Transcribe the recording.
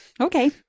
Okay